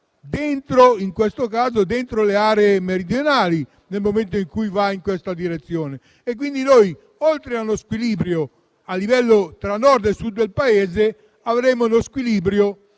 tra le aree meridionali, nel momento in cui si va in questa direzione. Quindi, oltre allo squilibrio tra Nord e Sud del Paese, avremo uno squilibrio